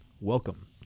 Welcome